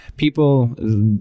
People